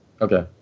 Okay